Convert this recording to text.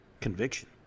Conviction